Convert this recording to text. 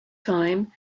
time